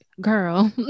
girl